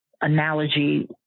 analogy